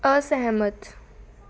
ਅਸਹਿਮਤ